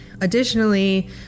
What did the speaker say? Additionally